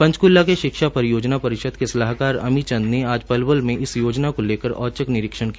पंचकुला के शिक्षा परियोजना परिषद के सलाहकार अमीचंद ने आज पलवल मे इस योजना को लेकर औचक निरीक्षण किया